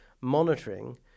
monitoring